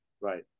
Right